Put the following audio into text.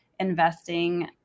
investing